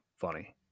funny